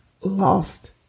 lost